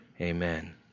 Amen